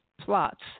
plots